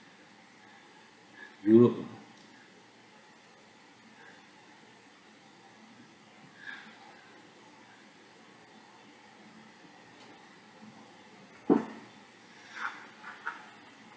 europe